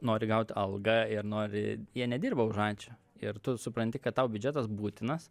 nori gaut algą ir nori jie nedirba už ačiū ir tu supranti kad tau biudžetas būtinas